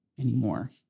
anymore